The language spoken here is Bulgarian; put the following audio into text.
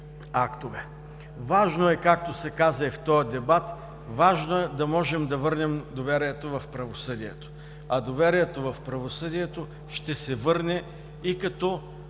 Важно е, както се каза и в този дебат, да можем да върнем доверието в правосъдието. А доверието в правосъдието ще се върне и като отворим